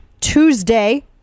Tuesday